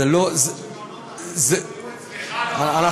זה לא, כל עוד שמעונות, לא